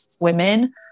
women